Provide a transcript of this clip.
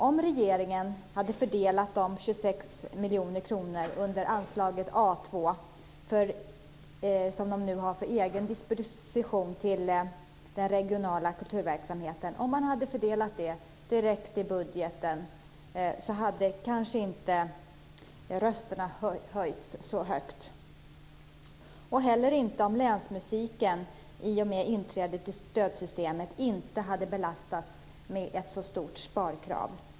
Om regeringen hade fördelat de 26 miljoner kronorna under anslaget A 2 för egen disposition till den regionala kulturverksamheten direkt i budgeten, hade kanske inte rösterna höjts så högt och inte heller om länsmusiken i och med inträdet i stödsystemet inte hade belastats med ett så stort sparkrav.